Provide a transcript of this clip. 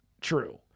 true